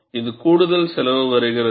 இது கூடுதல் செலவு வருகிறது